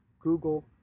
Google